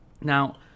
Now